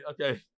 Okay